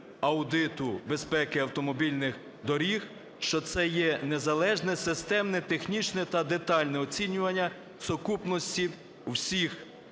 аудиту безпеки автомобільних доріг, що це є незалежне системне технічне та детальне оцінювання сукупності всіх